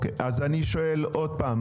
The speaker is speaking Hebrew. אז אני שואל עוד פעם,